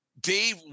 Dave